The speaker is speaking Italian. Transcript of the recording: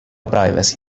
privacy